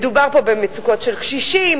מדובר פה במצוקות של קשישים,